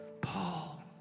Paul